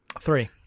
Three